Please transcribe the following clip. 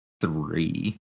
three